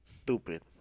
Stupid